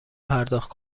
پرداخت